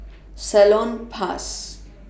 Salonpas